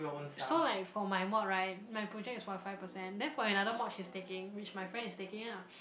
so like for my mod right my project is forty five percent then for another mod she's taking which my friend is taking ah